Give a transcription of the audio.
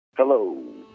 Hello